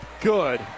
good